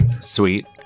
Sweet